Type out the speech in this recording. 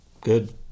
Good